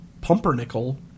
pumpernickel